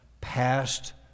past